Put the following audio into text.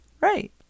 right